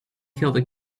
killed